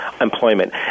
employment